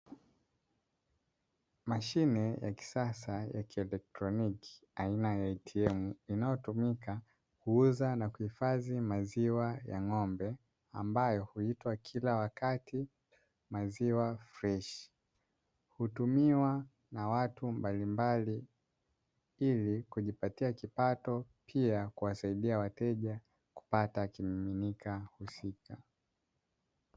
Mashine ya kisasa ya kielektroniki aina ya ATM, inayotumika kuuza na kuhifadhi maziwa ya ng'ombe ambayo huitwa kila wakati maziwa freshi. Hutumiwa na watu mbalimbali ili kujipatia kipato, pia kuwasaidia wateja kupata kimiminika husika.